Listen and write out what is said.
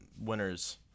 winners